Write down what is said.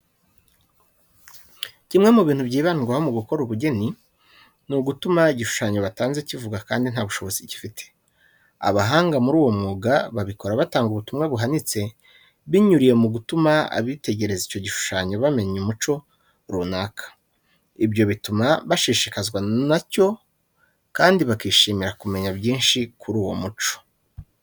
Kimwe mu bintu byibandwaho n'abakora ubugeni, ni ugutuma igishushanyo batanze kivuga kandi nta bushobozi gifite. Abahanga muri uwo mwuga babikora batanga ubumwa buhanitse, binyuriye mu gutuma abitegereza icyo igishushanyo bamenya umuco runaka. Ibyo bituma bashishikazwa na cyo kandi bakishimira kumenya byinshi kuri uwo muco.